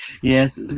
Yes